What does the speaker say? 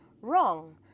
wrong